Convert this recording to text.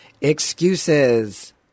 Excuses